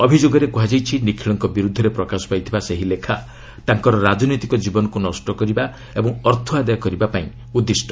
ଅଭିଯୋଗରେ କୁହାଯାଇଛି ନିଖିଳଙ୍କ ବିରୁଦ୍ଧରେ ପ୍ରକାଶ ପାଇଥିବା ସେହି ଲେଖା ତାଙ୍କର ରାଜନୈତିକ ଜୀବନକୁ ନଷ୍ଟ କରିବା ଓ ଅର୍ଥ ଆଦାୟ କରିବା ପାଇଁ ଉଦ୍ଦିଷ୍ଟ